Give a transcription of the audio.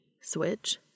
switch